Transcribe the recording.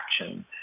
action